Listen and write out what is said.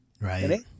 right